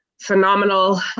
phenomenal